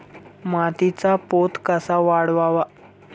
मातीचा पोत कसा वाढवावा?